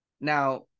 Now